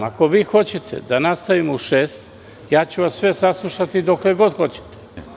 Ako vi hoćete da nastavimo u šest, sve ću vas saslušati dokle god hoćete.